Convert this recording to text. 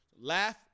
Laugh